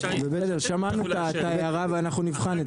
בסדר, שמענו את ההערה ואנחנו נבחן את זה.